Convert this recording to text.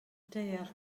deall